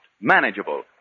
manageable